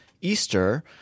Easter